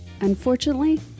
Unfortunately